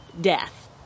death